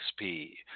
XP